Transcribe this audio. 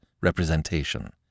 representation